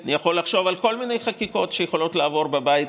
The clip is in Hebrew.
אני יכול לחשוב על כל מיני חקיקות שיכולות לעבור בבית